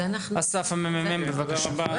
אסף, ממ"מ, בבקשה.